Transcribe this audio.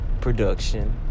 production